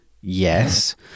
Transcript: Yes